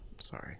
Sorry